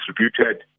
distributed